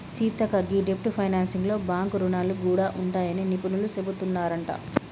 సీతక్క గీ డెబ్ట్ ఫైనాన్సింగ్ లో బాంక్ రుణాలు గూడా ఉంటాయని నిపుణులు సెబుతున్నారంట